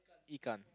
ikan